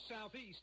Southeast